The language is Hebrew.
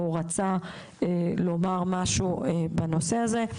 או רצה לומר משהו בנושא הזה.